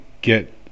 get